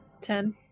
Ten